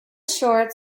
short